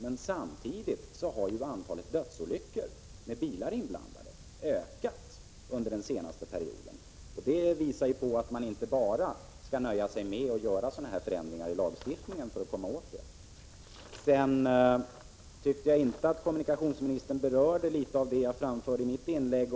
Men samtidigt har antalet dödsolyckor med bilar inblandade ökat under den senaste perioden. Det visar att man inte skall nöja sig med att enbart göra sådana här förändringar i lagstiftningen för att komma till rätta med problemet. Kommunikationsministern berörde inte det som jag något tog upp i mitt inlägg.